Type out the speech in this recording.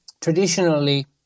Traditionally